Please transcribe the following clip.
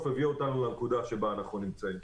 הביאה אותנו לנקודה שבה אנחנו נמצאים.